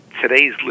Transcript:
today's